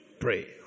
Pray